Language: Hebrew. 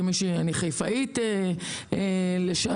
כידוע אני חיפאית לשעבר,